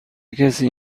کسی